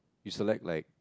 you select like